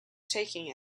taking